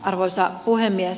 arvoisa puhemies